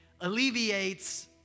alleviates